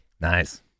Nice